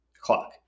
clock